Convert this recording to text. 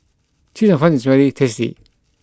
Chee Cheong Fun is very tasty